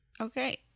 Okay